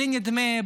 בלי נדמה,